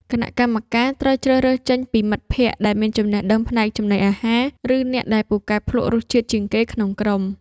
គណៈកម្មការត្រូវជ្រើសរើសចេញពីមិត្តភក្តិដែលមានចំណេះដឹងផ្នែកចំណីអាហារ ឬអ្នកដែលពូកែភ្លក្សរសជាតិជាងគេក្នុងក្រុម។